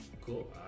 cool